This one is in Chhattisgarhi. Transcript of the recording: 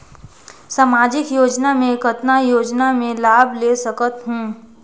समाजिक योजना मे कतना योजना मे लाभ ले सकत हूं?